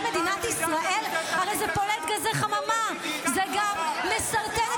יצאת בהפגנתיות נגד הבערת הצמיגים והשרפות שמזהמות